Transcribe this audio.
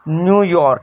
New York